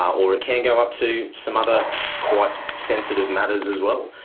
or it can go up to some other quite sensitive matters as well,